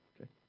Okay